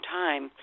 time